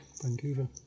Vancouver